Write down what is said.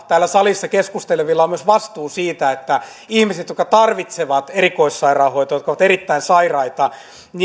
täällä salissa keskustelevilla on myös vastuu siitä että ihmisiä jotka tarvitsevat erikoissairaanhoitoa jotka ovat erittäin sairaita